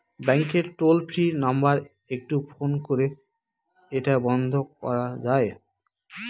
ব্যাংকের toll free number একটু phone করে এটা বন্ধ করা যায়?